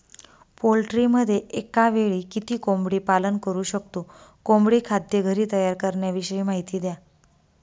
पोल्ट्रीमध्ये एकावेळी किती कोंबडी पालन करु शकतो? कोंबडी खाद्य घरी तयार करण्याविषयी माहिती द्या